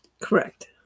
Correct